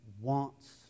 wants